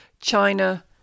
China